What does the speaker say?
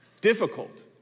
Difficult